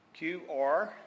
QR